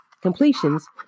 completions